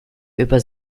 über